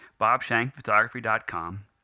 bobshankphotography.com